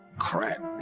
crack. i